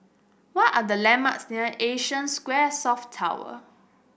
what are the landmarks near Asia Square South Tower